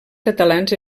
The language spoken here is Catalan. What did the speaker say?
catalans